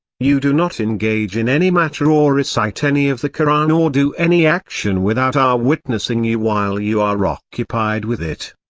you do not engage in any matter or recite any of the koran or do any action without our witnessing you while you are occupied with it.